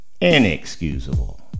inexcusable